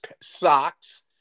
socks